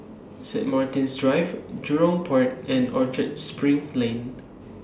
Saint Martin's Drive Jurong Port and Orchard SPRING Lane